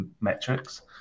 metrics